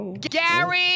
Gary